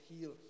heal